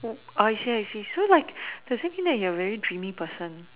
orh I see I see so like does it mean like you're a very dreamy person